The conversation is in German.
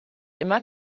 immer